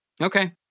okay